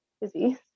busy